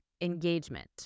engagement